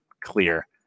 clear